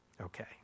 Okay